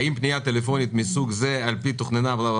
האם פנייה טלפונית מסוג זה על פי וכולי.